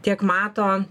tiek mato